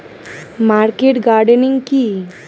Market gardening কি?